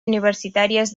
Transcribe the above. universitàries